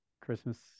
Christmas